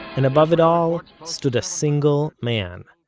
and above it all, stood a single man.